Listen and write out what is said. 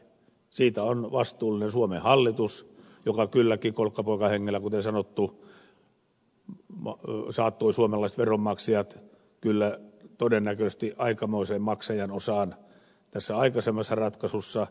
siitä on vastuullinen suomen hallitus joka kylläkin kolkkapoikahengellä kuten sanottu saattoi suomalaiset veronmaksajat todennäköisesti aikamoiseen maksajan osaan tässä aikaisemmassa ratkaisussa